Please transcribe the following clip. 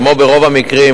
כמו ברוב המקרים,